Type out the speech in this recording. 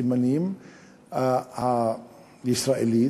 הסימנים הישראלית,